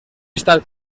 estat